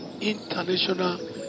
international